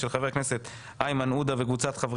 של חה"כ איימן עודה וקבוצת חברי